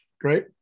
great